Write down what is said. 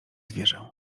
zwierzę